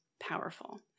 powerful